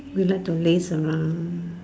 we like to laze around